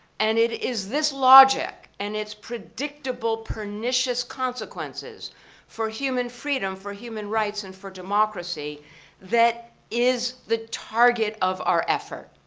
and it is this logic, and its predictable, pernicious consequences for human freedom, for human rights and for democracy that is the target of our effort.